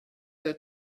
that